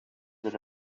that